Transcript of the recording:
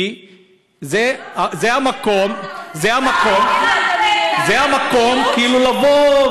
כי זה המקום, זה לא בוחן